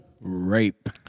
Rape